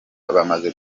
bamaze